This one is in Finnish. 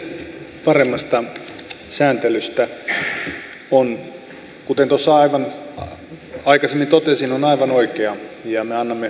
tavoite paremmasta sääntelystä on kuten tuossa aikaisemmin totesin aivan oikea ja me annamme sille tukemme